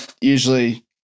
usually